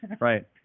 Right